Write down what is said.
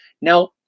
Now